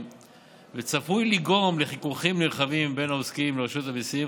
וצפוי לגרום לחיכוכים נרחבים בין העוסקים לרשות המיסים.